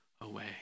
away